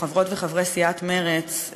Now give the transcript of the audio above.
חברות וחברי סיעת מרצ,